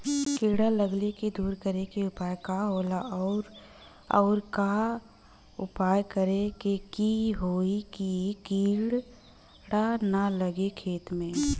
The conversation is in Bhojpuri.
कीड़ा लगले के दूर करे के उपाय का होला और और का उपाय करें कि होयी की कीड़ा न लगे खेत मे?